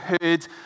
heard